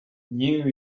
knew